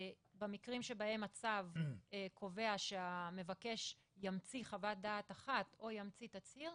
במקרים שבהם הצו קובע שהמבקש ימציא חוות דעת אחת או ימציא תצהיר,